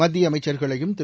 மத்தியஅமைச்சர்களையும் திரு